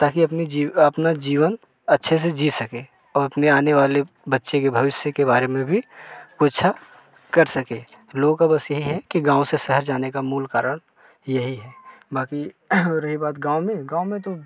ताकि अपनी जीव अपना जीवन अच्छे से जी सके और अपने आने वाले बच्चे के भविष्य के बारे में भी को अच्छा कर सके लोगो का बस यही है कि गाँव से शहर जाने का मूल कारण यही है बाकि और रही बात गाँव में गाँव में तो